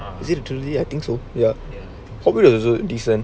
is it trilogy I think so ya popular there's a decent